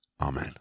Amen